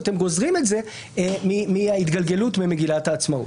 הם גוזרים את זה מההתגלגלות ממגילת העצמאות.